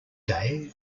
day